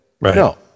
No